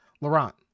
Laurent